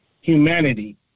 humanity